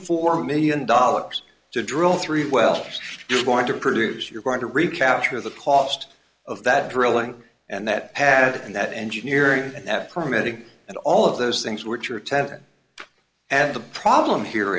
four million dollars to drill three well just want to produce you're going to recapture the cost of that drilling and that path and that engineering and that permitting and all of those things which are ten and the problem here